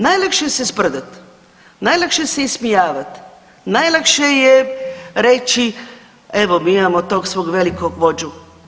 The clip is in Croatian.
Najlakše se sprdat, najlakše se ismijavat, najlakše je reći evo mi imamo tog svog velikog vođu.